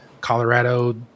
Colorado